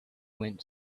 went